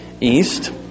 East